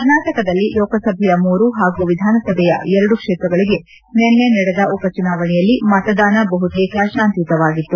ಕರ್ನಾಟಕದಲ್ಲಿ ಲೋಕಸಭೆಯ ಮೂರು ಹಾಗೂ ವಿಧಾನಸಭೆಯ ಎರಡು ಕ್ಷೇತ್ರಗಳಿಗೆ ನಿನ್ನೆ ನಡೆದ ಉಪಚುನಾವಣೆಯಲ್ಲಿ ಮತದಾನ ಬಹುತೇಕ ಶಾಂತಿಯುತವಾಗಿತ್ತು